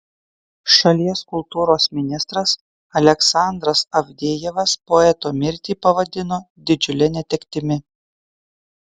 šalies kultūros ministras aleksandras avdejevas poeto mirtį pavadino didžiule netektimi